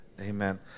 amen